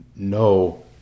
no